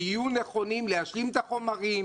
תהיו נכונים להשלים את החומרים.